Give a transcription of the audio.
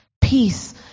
Peace